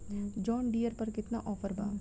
John Deere पर केतना offer बा?